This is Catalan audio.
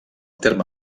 terme